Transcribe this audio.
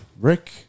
Rick